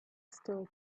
still